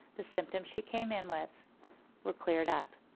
the symptoms she came in with were cleared up.